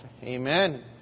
Amen